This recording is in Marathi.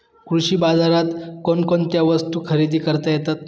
कृषी बाजारात कोणकोणत्या वस्तू खरेदी करता येतात